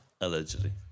allegedly